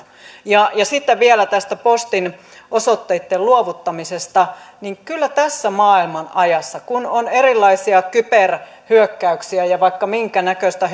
sitten vielä tästä postin osoitteitten luovuttamisesta kyllä tässä maailmanajassa kun on erilaisia kyberhyökkäyksiä ja vaikka minkänäköistä